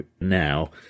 now